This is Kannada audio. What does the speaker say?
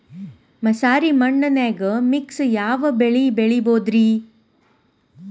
ಮಸಾರಿ ಮಣ್ಣನ್ಯಾಗ ಮಿಕ್ಸ್ ಯಾವ ಬೆಳಿ ಬೆಳಿಬೊದ್ರೇ?